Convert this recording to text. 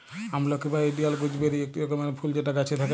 আমলকি বা Indian gooseberry ইকটি রকমকার ফুল যেটা গাছে থাক্যে